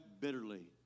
bitterly